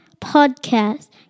podcast